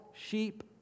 sheep